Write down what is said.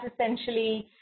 essentially